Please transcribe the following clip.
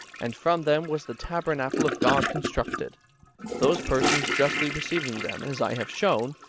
and from them was the tabernacle of god constructed those persons justly receiving them, as i have shown,